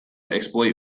exploit